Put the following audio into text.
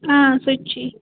آ سُہ تہِ چھُے